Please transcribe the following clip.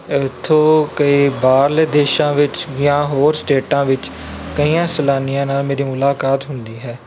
ਇੱਥੋਂ ਕਈ ਬਾਹਰਲੇ ਦੇਸ਼ਾਂ ਵਿੱਚ ਜਾਂ ਹੋਰ ਸਟੇਟਾਂ ਵਿੱਚ ਕਈਆਂ ਸੈਲਾਨੀਆਂ ਨਾਲ ਮੇਰੀ ਮੁਲਾਕਾਤ ਹੁੰਦੀ ਹੈ